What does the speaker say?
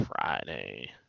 Friday